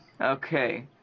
Okay